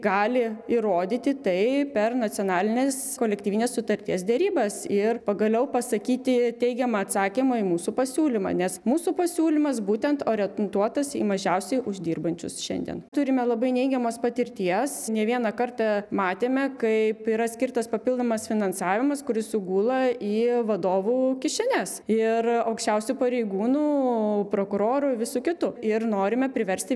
gali įrodyti tai per nacionalinės kolektyvinės sutarties derybas ir pagaliau pasakyti teigiamą atsakymą į mūsų pasiūlymą nes mūsų pasiūlymas būtent orientuotas į mažiausiai uždirbančius šiandien turime labai neigiamos patirties ne vieną kartą matėme kaip yra skirtas papildomas finansavimas kuris sugula į vadovų kišenes ir aukščiausių pareigūnų prokurorų visų kitų ir norime priversti